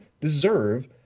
deserve